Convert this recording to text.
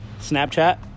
snapchat